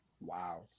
Wow